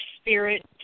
spirit